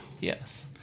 Yes